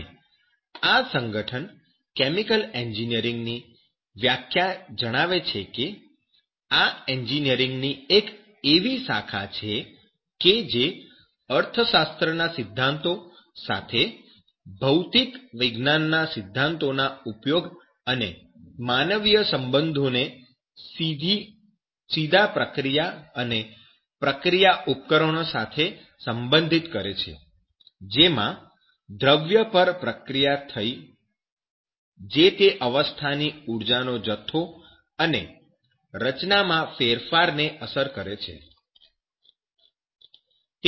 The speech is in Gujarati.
અને આ સંગઠન કેમિકલ એન્જિનિયરીંગની વ્યાખ્યા જણાવે છે કે આ એન્જિનિયરીંગની એક એવી શાખા છે કે જે અર્થશાસ્ત્ર ના સિદ્ધાંતો સાથે ભૌતિક વિજ્ઞાનના સિદ્ધાંતોના ઉપયોગ અને માનવીય સંબંધો ને સીધા પ્રક્રિયા અને પ્રક્રિયા ઉપકરણો સાથે સંબંધિત કરે છે જેમાં દ્રવ્ય પર પ્રક્રિયા થઈ જે તે અવસ્થા ની ઉર્જાનો જથ્થો અને રચના માં ફેરફાર ને અસર કરે છે